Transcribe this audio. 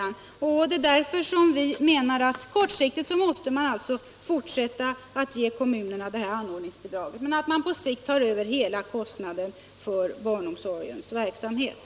nande av förskolor Det är därför som vi menar att man kortsiktigt måste fortsätta att ge — och fritidshem kommunerna detta anordningsbidrag men att staten på sikt skall ta över hela kostnaden för barnomsorgsverksamheten.